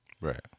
Right